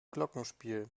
glockenspiel